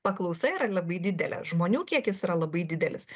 paklausa yra labai didelė žmonių kiekis yra labai didelis